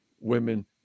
women